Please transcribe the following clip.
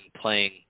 playing